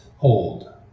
Hold